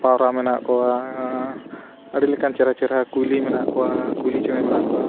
ᱯᱟᱣᱨᱟ ᱢᱮᱱᱟᱜ ᱠᱚᱣᱟ ᱟᱹᱰᱤ ᱞᱮᱠᱟᱱ ᱪᱮᱦᱨᱟ ᱪᱮᱨᱦᱟ ᱠᱩᱭᱞᱤ ᱢᱮᱱᱟᱜ ᱠᱚᱣᱟ ᱠᱩᱭᱞᱤ ᱪᱮᱬᱮ ᱢᱮᱱᱟᱜ ᱠᱚᱣᱟ